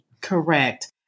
Correct